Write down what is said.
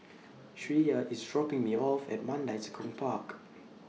Shreya IS dropping Me off At Mandai Tekong Park